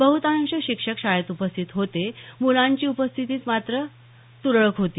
बहुतांश शिक्षक शाळेत उपस्थित होते मुलांची उपस्थितीत मात्र तुरळक आहे